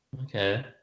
Okay